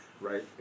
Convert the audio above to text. Right